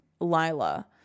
Lila